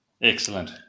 Excellent